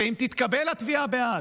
אם תתקבל התביעה בהאג,